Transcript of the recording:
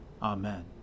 Amen